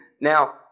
Now